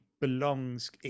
belongs